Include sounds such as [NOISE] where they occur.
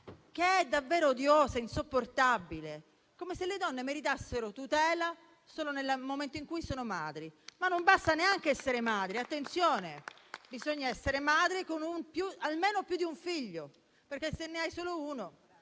che è davvero odiosa e insopportabile. Come se le donne meritassero tutela solo nel momento in cui sono madri. [APPLAUSE] Ma non basta neanche essere madri. Attenzione: bisogna essere madri con almeno più di un figlio, perché se ne hai solo uno